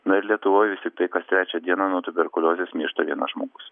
na ir lietuvoj vis tiktai kas trečią dieną nuo tuberkuliozės miršta vienas žmogus